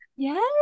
Yes